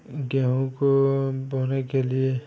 गेहूँ को बोने के लिए